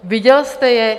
Viděl jste je?